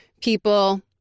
People